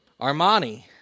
Armani